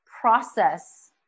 process